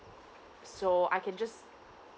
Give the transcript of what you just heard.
so I can just